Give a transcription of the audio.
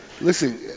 Listen